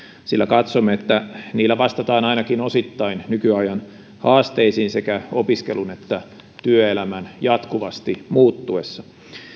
sillä katsomme että niillä vastataan ainakin osittain nykyajan haasteisiin sekä opiskelun että työelämän jatkuvasti muuttuessa